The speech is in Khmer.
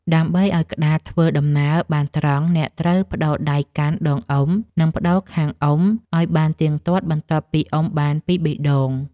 ដើម្បីឱ្យក្តារធ្វើដំណើរបានត្រង់ អ្នកត្រូវប្ដូរដៃកាន់ដងអុំ និងប្ដូរខាងអុំឱ្យបានទៀងទាត់បន្ទាប់ពីអុំបានពីរបីដង។